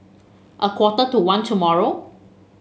a quarter to one tomorrow